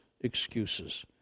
excuses